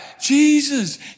Jesus